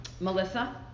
Melissa